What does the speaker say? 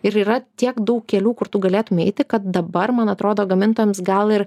ir yra tiek daug kelių kur tu galėtum eiti kad dabar man atrodo gamintojams gal ir